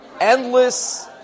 endless